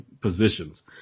positions